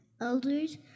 elders